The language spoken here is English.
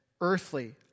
earthly